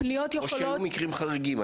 אולי היו מקרים חריגים?